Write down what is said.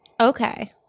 Okay